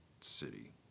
city